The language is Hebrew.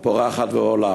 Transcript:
הפורחת ועולה?